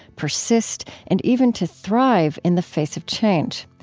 persist, and even to thrive in the face of change.